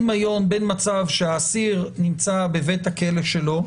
אין שום דמיון בין מצב שהאסיר נמצא בבית הכלא שלו,